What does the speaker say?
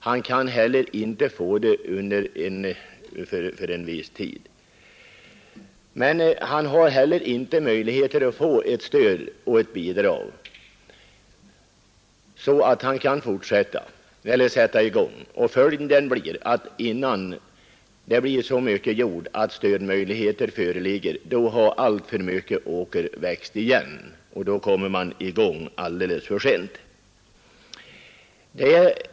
Han kan inte heller få det under de allra närmaste aren. Inte heller har han då möjligheter att få stöd och bidrag så att han kan sätta i gång. Följden blir att innan han får så mycket jord att stödmöjligheter föreligger har alltför mycket åker växt igen. Då är det alldeles för sent att sätta i gång.